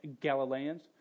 Galileans